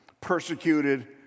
persecuted